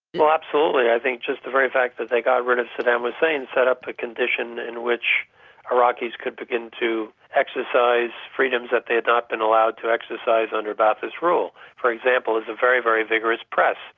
well, absolutely. i think just the very fact that they got rid of saddam hussein set up a condition in which iraqis could begin to exercise freedoms that they had not been allowed to exercise under ba'athist rule. for example, there's a very, very vigorous press.